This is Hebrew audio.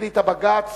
החליט בג"ץ